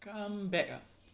comeback uh